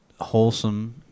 wholesome